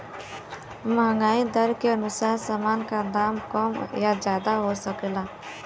महंगाई दर के अनुसार सामान का दाम कम या ज्यादा हो सकला